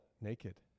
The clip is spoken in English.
Naked